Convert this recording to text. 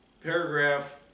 paragraph